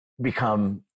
become